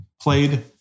played